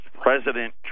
President